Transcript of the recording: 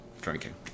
drinking